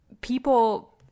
people